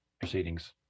proceedings